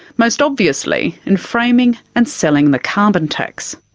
most obviously in framing and selling the carbon tax.